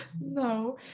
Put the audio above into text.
No